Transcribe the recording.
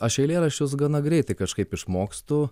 aš eilėraščius gana greitai kažkaip išmokstu